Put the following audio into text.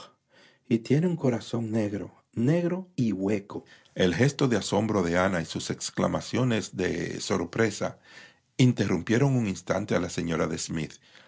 oh tiene un corazón negro negro y hueco el gesto de asombro de ana y sus exclamaciones de sorpresa interrumpieron un instante a la señora de